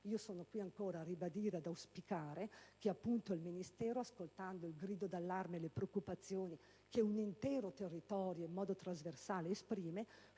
sono qui ancora a ribadire ed auspicare che lo stesso Ministero, ascoltando il grido di allarme e di preoccupazione che un intero territorio in modo trasversale esprime,